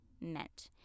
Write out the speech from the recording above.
meant